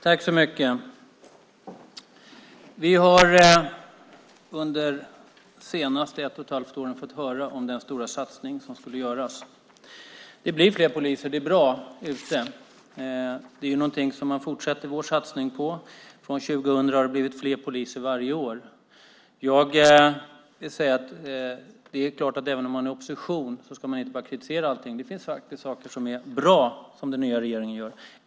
Fru talman! Vi har under de senaste ett och ett halvt åren fått höra om den stora satsning som skulle göras. Det blir fler poliser ute. Det är bra. Man fortsätter vår satsning på detta. Från 2000 har det blivit fler poliser varje år. Även om man är i opposition ska man inte bara kritisera allting. Det finns faktiskt saker som är bra som den nya regeringen gör.